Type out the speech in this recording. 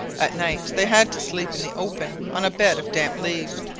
at night they had to sleep in the open on a bed of damp leaves.